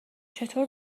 چطور